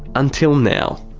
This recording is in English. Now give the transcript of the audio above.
until now.